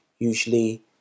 Usually